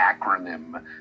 acronym